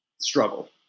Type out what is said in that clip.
struggle